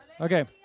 Okay